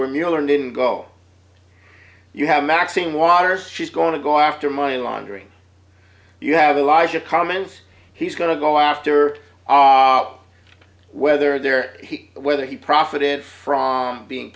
where mueller didn't go you have maxine waters she's going to go after money laundering you have a larger comment he's going to go after op whether they're whether he profited from being